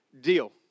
deal